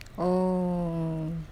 oh